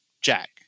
Jack